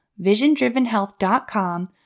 visiondrivenhealth.com